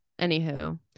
Anywho